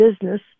business